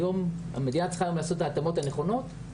היום המדינה צריכה לעשות את ההתאמות המתאימות,